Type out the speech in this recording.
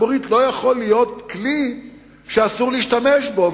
אבל ועדה ציבורית לא יכולה להיות כלי שאסור להשתמש בו.